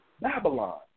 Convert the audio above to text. Babylon